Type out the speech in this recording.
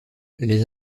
les